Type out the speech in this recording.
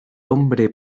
hombre